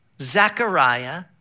Zachariah